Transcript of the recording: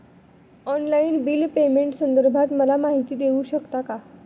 Online bill पेमेंटसंदर्भात मला माहिती देऊ शकतात का?